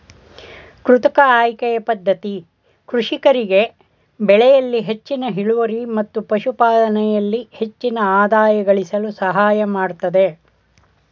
ಕೃತಕ ಆಯ್ಕೆಯ ಪದ್ಧತಿ ಕೃಷಿಕರಿಗೆ ಬೆಳೆಯಲ್ಲಿ ಹೆಚ್ಚಿನ ಇಳುವರಿ ಮತ್ತು ಪಶುಪಾಲನೆಯಲ್ಲಿ ಹೆಚ್ಚಿನ ಆದಾಯ ಗಳಿಸಲು ಸಹಾಯಮಾಡತ್ತದೆ